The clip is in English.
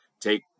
take